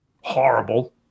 horrible